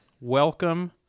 Welcome